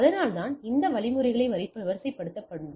அதனால்தான் சில வழிமுறைகளை வரிசைப்படுத்த வேண்டும்